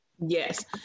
Yes